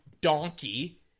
donkey